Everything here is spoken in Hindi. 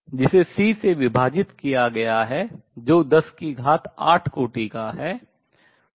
जिसे C से विभाजित किया गया है जो 108 कोटि का है